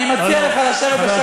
אני מציע לך לשבת בשקט ולא להפריע.